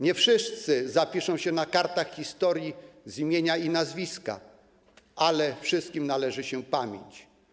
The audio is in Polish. Nie wszyscy zapiszą się na kartach historii imieniem i nazwiskiem, ale wszystkim należy się pamięć.